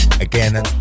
again